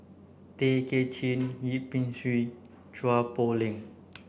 Tay Kay Chin Yip Pin Xiu Chua Poh Leng